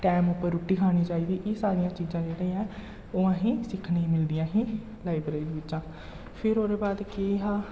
time उप्पर रुट्टी खानी चाहिदी एह सारियां चीजां जेह्ड़ियां ऐं ओह् असें गी सिक्खने गी मिलदियां हीं लाइब्रेरी बिच्चा फिर ओह्दे बाद केह् हा